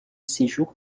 séjour